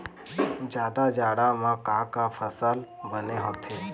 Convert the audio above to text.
जादा जाड़ा म का का फसल बने होथे?